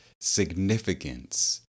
significance